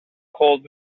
cold